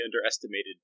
underestimated